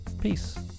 peace